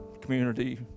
community